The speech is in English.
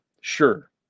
sure